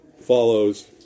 follows